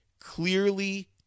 clearly